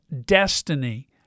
destiny